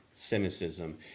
cynicism